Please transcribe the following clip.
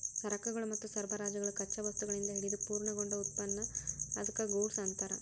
ಸರಕುಗಳು ಮತ್ತು ಸರಬರಾಜುಗಳು ಕಚ್ಚಾ ವಸ್ತುಗಳಿಂದ ಹಿಡಿದು ಪೂರ್ಣಗೊಂಡ ಉತ್ಪನ್ನ ಅದ್ಕ್ಕ ಗೂಡ್ಸ್ ಅನ್ತಾರ